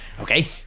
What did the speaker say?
Okay